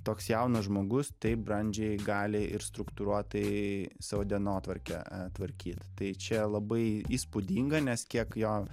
toks jaunas žmogus taip brandžiai gali ir struktūruotai savo dienotvarkę tvarkyt tai čia labai įspūdinga nes kiek jo